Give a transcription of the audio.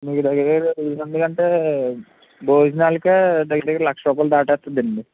మీకు దగ్గర దగ్గర వెయ్యి మంది అంటే భోజనాలకే దగ్గరే దగ్గర దగ్గర లక్ష రూపాయలు దాటేస్తుందండి